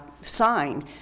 sign